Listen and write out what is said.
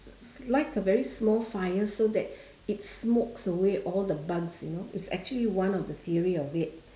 light a very small fire so that it smokes away all the bugs you know it's actually one of the theory of it